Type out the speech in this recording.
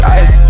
ice